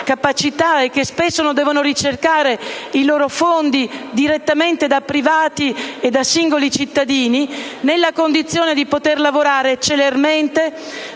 e che spesso devono ricercare i fondi direttamente da privati o da singoli cittadini, nella condizione di lavorare celermente,